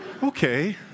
okay